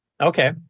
Okay